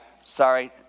Sorry